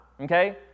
Okay